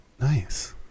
nice